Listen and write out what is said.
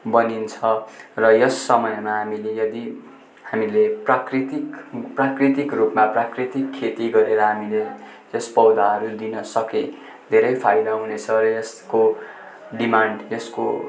बनिन्छ र यस समयमा हामीले यदि हामीले प्राकृतिक प्राकृतिकरूपमा प्राकृतिक खेती गरेर हामीले यस पौधाहरू दिन सके धेरै फाइदा हुनेछ यसको डिमान्ड यसको